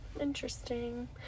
Interesting